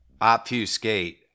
Obfuscate